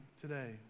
today